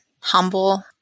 humble